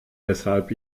weshalb